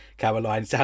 caroline